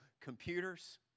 Computers